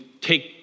take